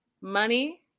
money